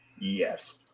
Yes